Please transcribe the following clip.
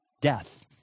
death